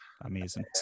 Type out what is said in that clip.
Amazing